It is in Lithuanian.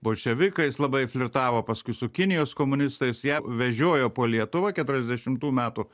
bolševikais labai flirtavo paskui su kinijos komunistais ją vežiojo po lietuvą keturiasdešimtų metų